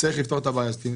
צריך לפתור את הבעיה הזאת.